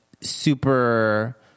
super—